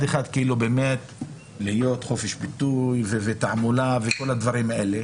אחד שיהיה חופש ביטוי ותעמולה וכל הדברים האלה